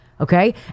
okay